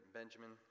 Benjamin